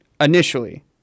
Initially